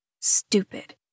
Stupid